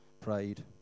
prayed